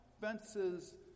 fences